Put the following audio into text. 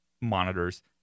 monitors